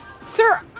Sir